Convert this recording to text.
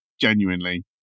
genuinely